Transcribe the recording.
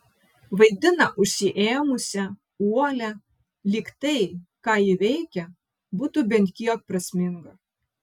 vaidina užsiėmusią uolią lyg tai ką ji veikia būtų bent kiek prasminga